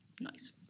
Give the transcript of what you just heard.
Nice